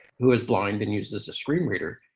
who is blind and uses a screen reader.